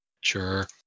Sure